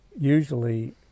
usually